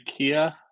ikea